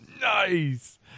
Nice